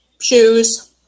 shoes